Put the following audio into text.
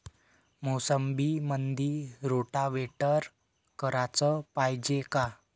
मोसंबीमंदी रोटावेटर कराच पायजे का?